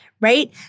Right